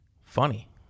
funny